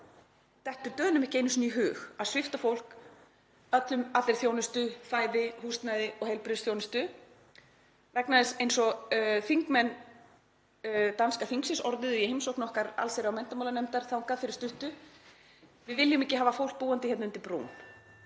dettur mönnum ekki einu sinni í hug að svipta fólk allri þjónustu, fæði, húsnæði og heilbrigðisþjónustu, vegna þess, eins og þingmenn danska þingsins orðuðu það í heimsókn okkar allsherjar- og menntamálanefndar þangað fyrir stuttu: Við viljum ekki hafa fólk búandi hérna undir brúm.